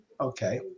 okay